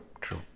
true